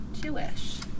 Jewish